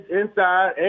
inside